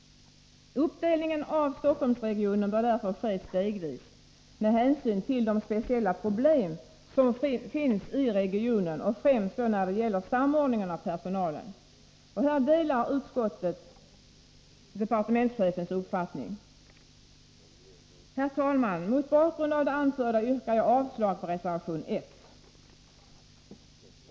Uppdelningen av Stockholmsregionen bör därför ske stegvis med hänsyn till de speciella problem som finns i regionen, främst när det gäller samordningen av personalen. Utskottet delar departementschefens uppfattning. Herr talman! Mot bakgrund av det här anförda yrkar jag avslag på reservation 1.